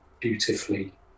beautifully